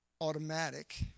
automatic